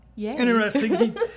Interesting